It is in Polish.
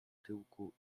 tyłku